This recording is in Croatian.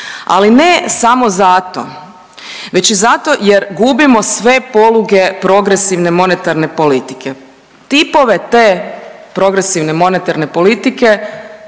ali ne samo zato već i zato jer gubimo sve poluge progresivne monetarne politike. Tipove te progresivne monetarne politike